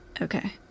Okay